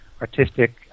artistic